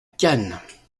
cannes